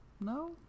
No